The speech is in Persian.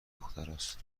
دختراست